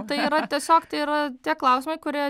tai yra tiesiog tai yra tie klausimai kurie